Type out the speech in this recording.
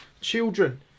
children